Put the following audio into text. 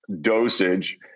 dosage